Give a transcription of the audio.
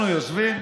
אנחנו יושבים,